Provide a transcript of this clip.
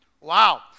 Wow